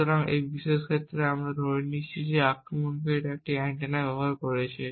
সুতরাং এই বিশেষ ক্ষেত্রে আমরা ধরে নিচ্ছি যে আক্রমণকারী একটি অ্যান্টেনা ব্যবহার করেছে